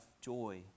joy